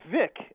Vic